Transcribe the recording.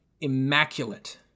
immaculate